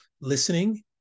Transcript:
listening